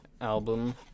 album